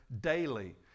daily